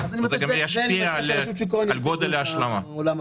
וזה גם ישפיע על גודל ההשלמה.